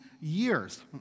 years